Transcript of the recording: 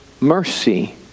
mercy